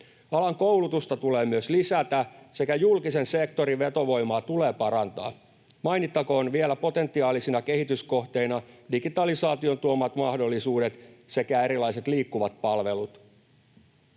Alan koulutusta tulee myös lisätä sekä julkisen sektorin vetovoimaa tulee parantaa. Mainittakoon vielä potentiaalisina kehityskohteina digitalisaation tuomat mahdollisuudet sekä erilaiset liikkuvat palvelut.